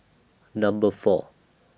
Number four